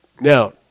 Now